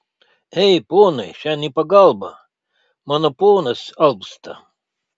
ei ponai šen į pagalbą mano ponas alpsta